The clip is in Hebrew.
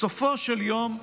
בסופו של יום,